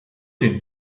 den